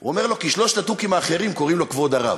הוא אומר לו: כי שלושת התוכים האחרים קוראים לו כבוד הרב.